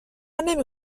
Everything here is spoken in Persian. نمی